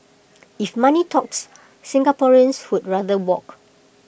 if money talks Singaporeans would rather walk